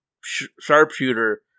sharpshooter